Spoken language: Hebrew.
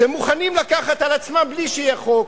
שמוכנים לקחת על עצמם מבלי שיהיה חוק.